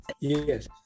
yes